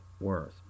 worse